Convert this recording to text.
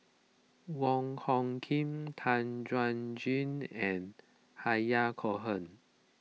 Wong Hung Khim Tan Chuan Jin and Yahya Cohen